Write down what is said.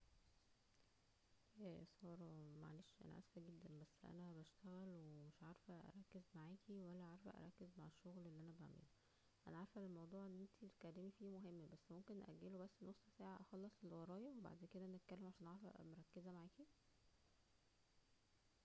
يا سارة معلش انا اسفة جدا ,بس انا بشتغل ومش عارفة اركز معاكى ولا عارفة اركز مع الشغل اللى انا بعمله, انا عارفة ان الموضوع اللى انت بتتكلمى فيه مهم بس ممكن بنأجله بس نص ساعة اخلص فيه اللى ورايا وبعد كدا نتكلم عشان اعرف ابقى مركزة معاكى